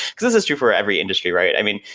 because this is true for every industry, right? i mean,